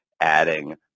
adding